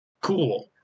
cool